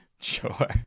sure